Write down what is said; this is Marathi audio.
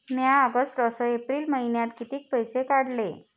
म्या ऑगस्ट अस एप्रिल मइन्यात कितीक पैसे काढले?